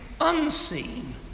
unseen